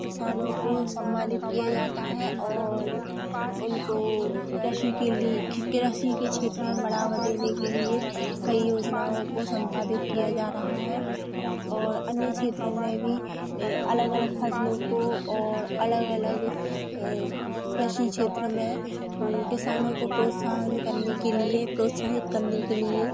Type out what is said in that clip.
किसानों को सम्मानित किया जाता है और उनको कृषि के लि खी कृषि के क्षेत्र में बढ़ावा देने के लिए कई योजनाओं को संपादित किया जा रहा है और अन्य क्षेत्रों में भी ए अलग अलग फसलो को और अलग अलग कृषि क्षेत्र में किसानों को प्रोत्साहन करने के लिए प्रोत्साहित करने के लिए